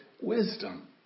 wisdom